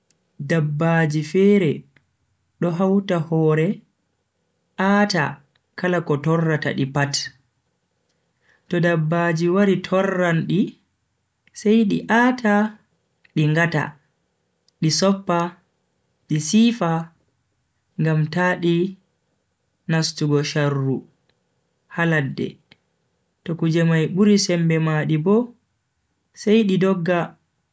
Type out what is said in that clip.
Dabbaaji fere do hauta hore a'ta kala ko torrata di pat, to dabbaji wari torran di sai di a'ta di ngata, di soppa, di siifa ngam ta di nastugo sharru ha ladde to kuje mai buri sembe maadi bo, sai di dogga.